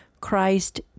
Christ